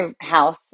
house